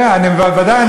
כן, ודאי.